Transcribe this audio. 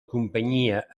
companyia